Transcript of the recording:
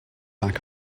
back